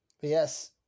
yes